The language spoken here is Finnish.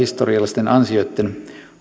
historiallisten ansioitten